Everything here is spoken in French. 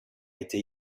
été